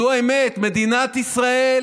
זו האמת, מדינת ישראל